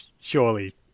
Surely